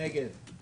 הצבעה לא אושרה.